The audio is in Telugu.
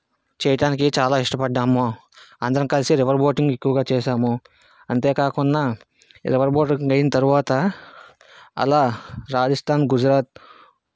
చేయటానికి చాలా ఇష్టపడ్డాము అందరం కలిసి రివర్ బోటింగ్ ఎక్కువగా చేశాము అంతేకాకున్నా రివర్ బోటింగ్ అయిన తర్వాత అలా రాజస్థాన్ గుజరాత్